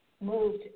moved